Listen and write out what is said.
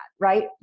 Right